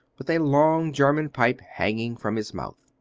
with a long german pipe hanging from his mouth.